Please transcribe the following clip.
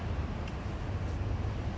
that's very true